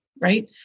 right